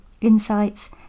insights